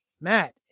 Matt